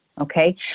okay